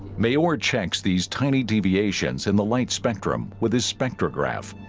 may or checks these tiny deviations in the light spectrum with his spectrograph